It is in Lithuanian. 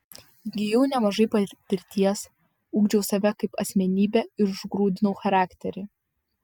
įgijau nemažai patirties ugdžiau save kaip asmenybę ir užgrūdinau charakterį